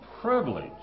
privilege